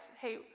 hey